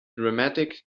dramatic